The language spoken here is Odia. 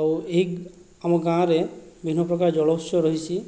ଆଉ ଏହି ଆମ ଗାଁରେ ବିଭିନ୍ନ ପ୍ରକାର ଜଳଉତ୍ସ ରହିଛି